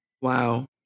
Wow